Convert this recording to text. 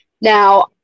now